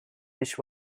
which